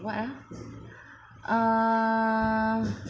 what uh err